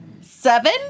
seven